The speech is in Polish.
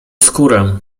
skórę